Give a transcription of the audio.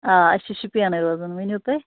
آ اَسہِ چھِ شُپینٕے روزان ؤنِو تُہۍ